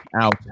out